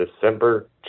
December